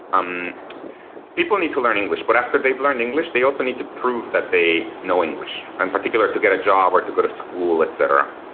um people need to learn english. but after they've learned english, they also need to prove that they know english and particular to get a job or to go to school, etcetera.